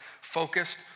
Focused